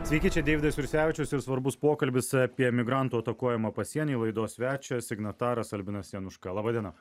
sveiki čia deividas jursevičius ir svarbus pokalbis apie emigrantų atakuojamą pasienyje laidos svečias signataras albinas januška laba diena